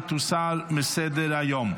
ותוסר מסדר-היום.